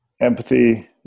empathy